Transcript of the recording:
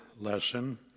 lesson